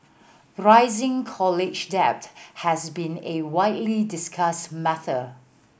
rising college debt has been a widely discussed matter